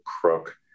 crook